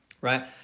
right